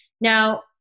now